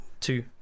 two